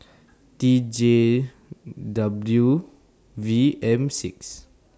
T J W V M six